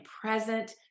present